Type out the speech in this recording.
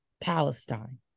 Palestine